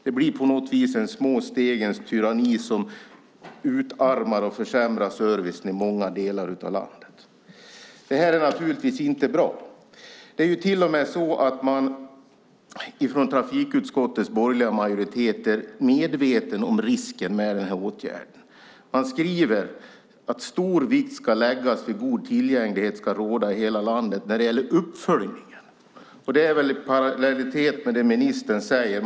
Det blir på något vis en små stegens tyranni som utarmar och försämrar servicen i många delar av landet. Det här är naturligtvis inte bra. Det är till och med så att man från trafikutskottets borgerliga majoritet är medveten om risken med åtgärden. Man skriver att stor vikt ska läggas vid att god tillgänglighet ska råda i hela landet när det gäller uppföljningen. Det är väl i parallellitet med det ministern säger.